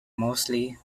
mostly